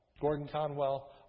Gordon-Conwell